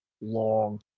long